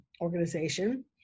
Organization